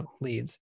leads